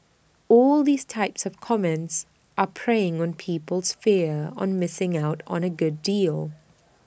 all these type of comments are preying on people's fear on missing out on A good deal